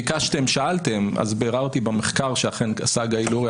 ביקשתם ושאלתם וביררתי במחקר שאכן עשה גיא לוריא,